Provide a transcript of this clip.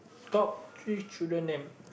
top three children name